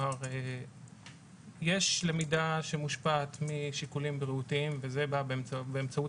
יש למידה שמושפעת משיקולים בריאותיים וזה בא באמצעות